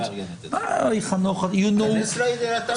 מארגנת את זה, כנס לאתר שלהם.